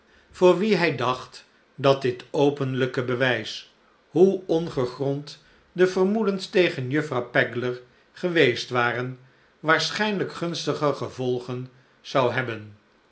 voor wien hij dacht dat dit openlijke bewijs hoe ongegrond de vermoedens tegen juffrouw pegler geweest waren waarschijnlijk gunstige gevolgen zou hebben